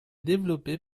développé